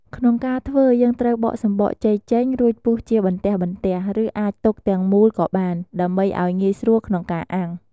ក្នុងការធ្វើ យើងត្រូវបកសំបកចេកចេញ រួចពុះជាបន្ទះៗ ឬអាចទុកទាំងមូលក៏បាន ដើម្បីឱ្យងាយស្រួលក្នុងការអាំង។